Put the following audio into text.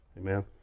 Amen